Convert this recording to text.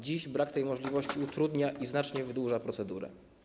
Dziś brak tej możliwości utrudnia i znacznie wydłuża procedurę.